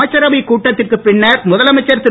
அமைச்சரவைக் கூட்டத்திற்கு பின்னர் முதலமைச்சர் திரு